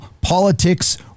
Politics